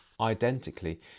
identically